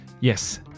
Yes